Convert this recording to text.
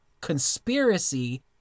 conspiracy